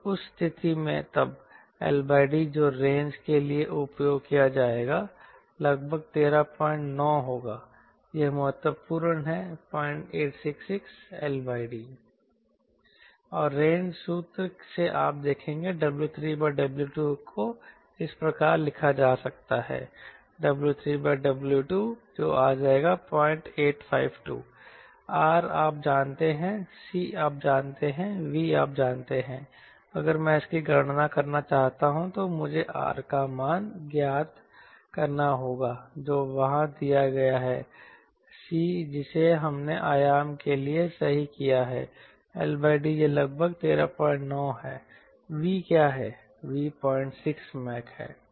तो उस स्थिति में तब L D जो रेंज के लिए उपयोग किया जाएगा लगभग 139 होगा यह महत्वपूर्ण है 0866 LD और रेंज सूत्र से आप देखेंगे W3W2 को इस प्रकार लिखा जा सकता है W3W2 e RCVLD0852 R आप जानते हैं C आप जानते हैं V आप जानते हैं अगर मैं इसकी गणना करना चाहता हूं तो मुझे R का मान ज्ञात करना होगा जो वहां दिया गया है C जिसे हमने आयाम के लिए सही किया है L D यह लगभग 139 है V क्या है V 06 मैक है